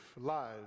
lives